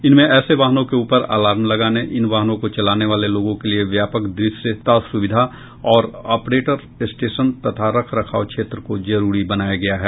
इनमें ऐसे वाहनों के ऊपर अलार्म लगाने इन वाहनों को चलाने वाले लोगों के लिए व्यापक दृश्यता सुविधा और ऑपरेटर स्टेशन तथा रख रखाव क्षेत्र को जरूरी बनाया गया है